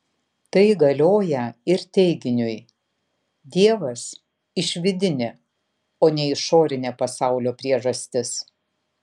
tai galioją ir teiginiui dievas išvidinė ne išorinė pasaulio priežastis